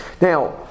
Now